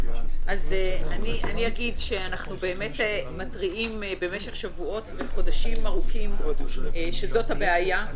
אנחנו באמת מתריעים במשך שבועות וחודשים ארוכים שזאת הבעיה.